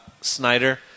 Snyder